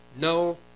No